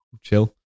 chill